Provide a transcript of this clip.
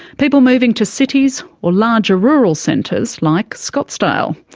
people moving to cities or larger rural centres like scottsdale.